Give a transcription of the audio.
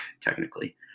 technically